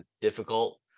difficult